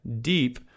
deep